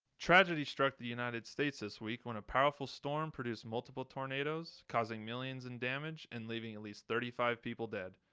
tragedy struck the united states this week when a powerful storm produced multiple tornadoes, causing millions in damage and leaving at least thirty five people dead.